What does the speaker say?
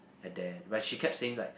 at there but she kept saying like